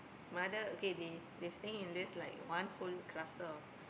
mother okay they they staying in this like one whole cluster of